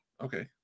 okay